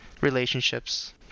relationships